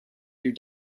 your